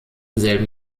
selben